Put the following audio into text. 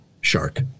shark